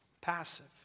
Passive